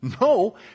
No